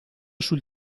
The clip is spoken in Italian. sul